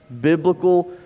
biblical